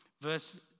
Verse